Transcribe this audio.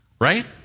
Right